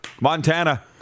Montana